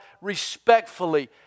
respectfully